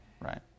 Right